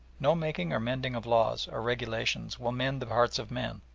no making or mending of laws or regulations will mend the hearts of men.